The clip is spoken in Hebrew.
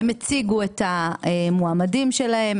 הם הציגו את המועמדים שלהם,